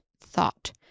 thought